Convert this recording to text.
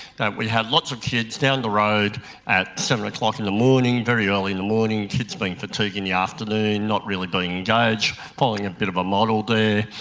that we had lots of kids down the road at seven o'clock in the morning, very early in the morning, kids being fatigued in the afternoon, not really being engaged, following a bit of a model there.